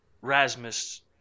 Rasmus